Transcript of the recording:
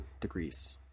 degrees